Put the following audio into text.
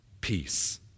peace